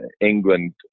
England